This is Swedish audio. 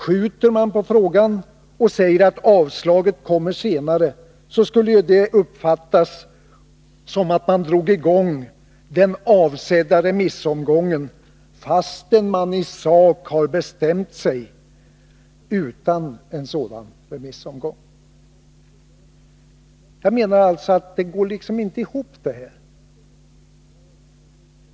Skjuter man upp frågan och säger att avslaget kommer senare, skulle det uppfattas som att man drog i gång det avsedda remissförfarandet, fastän man i sak har bestämt sig utan remissbehandling. Jag menar alltså att socialdemokraternas resonemang inte går ihop.